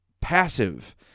passive